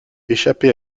échappé